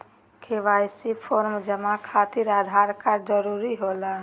KYC form जमा खातिर Aadhaar card जरूरी होला?